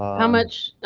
how much?